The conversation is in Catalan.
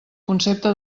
concepte